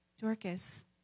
Dorcas